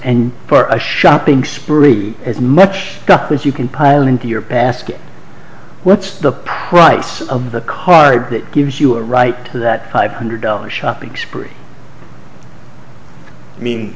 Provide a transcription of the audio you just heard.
and for a shopping spree as much as you can pile into your past what's the price of the card that gives you a right to that five hundred dollars shopping spree i mean